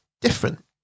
different